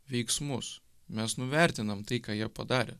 veiksmus mes nuvertinam tai ką jie padarė